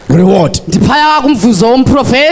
reward